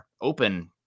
open